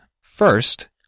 First